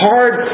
Hard